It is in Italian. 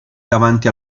davanti